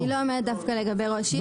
אני לא אומרת דווקא לגבי ראש עיר.